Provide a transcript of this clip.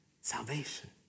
Salvation